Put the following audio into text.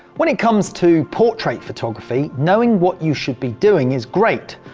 when it comes to portrait photography knowing what you should be doing is great!